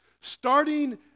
starting